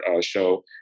show